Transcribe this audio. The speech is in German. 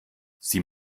sie